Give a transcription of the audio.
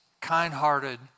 kind-hearted